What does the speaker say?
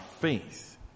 faith